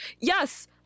Yes